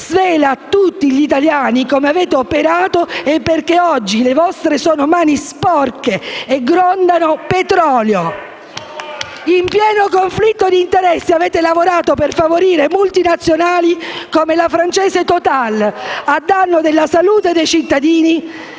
svela a tutti gli italiani come avete operato e perché oggi le vostre mani sono sporche e grondano petrolio! *(Commenti dal Gruppo PD)*. In pieno conflitto di interessi, avete lavorato per favorire multinazionali come la francese Total, a danno della salute dei cittadini